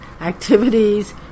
activities